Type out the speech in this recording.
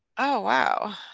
oh, wow.